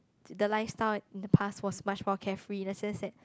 the lifestyle in the past was much more carefree in a sense that